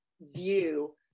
view